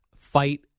fight